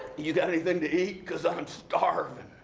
you got anything to eat because i'm starving?